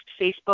Facebook